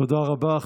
תודה רבה.